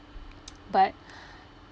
but